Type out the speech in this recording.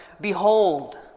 behold